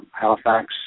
Halifax